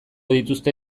dituzte